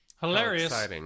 Hilarious